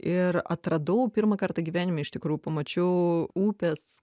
ir atradau pirmą kartą gyvenime iš tikrųjų pamačiau upės